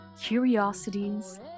curiosities